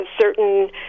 certain